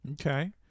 Okay